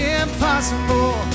impossible